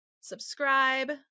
Subscribe